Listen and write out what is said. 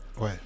Ouais